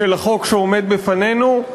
של החוק שעומד בפנינו,